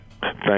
Thank